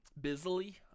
Busily